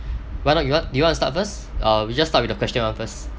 why not you what do you want to start first uh we just start with the question one first